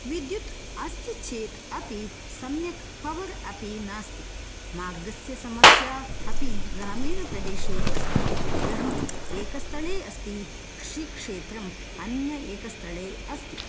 विद्युत् अस्ति चेत् अपि सम्यक् पवर् अपि नास्ति मार्गस्य समस्या अपि ग्रामीणप्रदेशे अस्ति गृहम् एकस्थळे अस्ति कृषिक्षेत्रम् अन्य एकस्थळे अस्ति